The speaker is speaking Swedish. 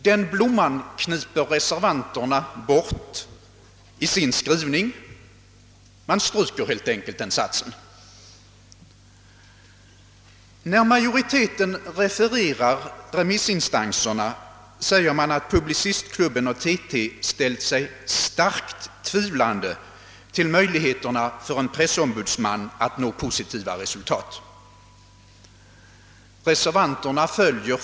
Den blomman kniper reservanterna bort i sin skrivning — man stryker helt enkelt den satsen, När majoriteten refererar remissinstansernas yttranden säger de att Publicistklubben och TT har ställt sig »starkt» tvivlande till möjligheterna för en pressombudsman att nå positiva resultat. Reservanterna fölier.